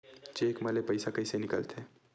Cheque म ले पईसा कइसे निकलथे?